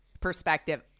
perspective